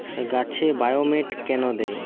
গাছে বায়োমেট কেন দেয়?